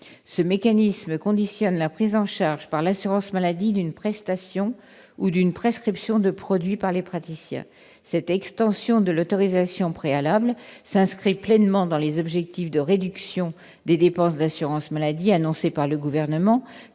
Ce mécanisme conditionne la prise en charge, par l'assurance maladie, d'une prestation ou d'une prescription de produits par les praticiens. Cette extension de l'autorisation préalable s'inscrit pleinement dans les objectifs de réduction des dépenses de l'assurance maladie annoncés par le Gouvernement,